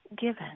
given